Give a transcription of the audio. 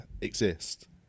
exist